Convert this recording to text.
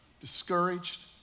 Discouraged